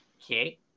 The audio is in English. Okay